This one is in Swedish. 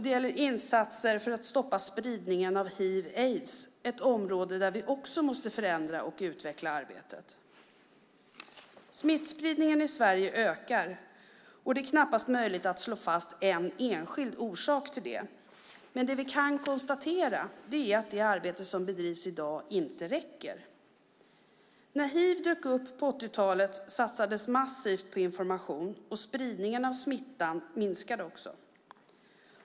Det gäller insatser för att stoppa spridningen av hiv/aids. Det är ett område där vi också måste förändra och utveckla arbetet. Smittspridningen i Sverige ökar, och det är knappast möjligt att slå fast en enskild orsak till det. Det vi kan konstatera är att det arbete som bedrivs i dag inte räcker. När hiv dök upp på 80-talet satsades massivt på information, och spridningen av smittan minskade också.